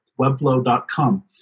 webflow.com